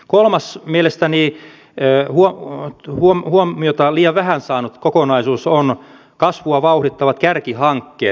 kolmas mielestäni huomiota liian vähän saanut kokonaisuus on kasvua vauhdittavat kärkihankkeet